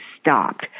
stopped